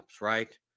Right